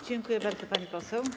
Dziękuję bardzo, pani poseł.